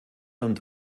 und